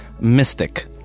mystic